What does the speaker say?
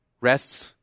rests